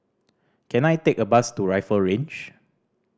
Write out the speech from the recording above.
can I take a bus to Rifle Range